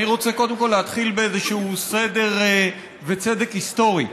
אני רוצה קודם כול להתחיל באיזשהו סדר וצדק היסטורי.